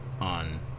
on